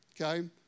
Okay